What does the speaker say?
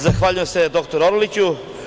Zahvaljujem se dr Orliću.